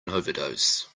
overdose